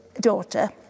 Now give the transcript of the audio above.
daughter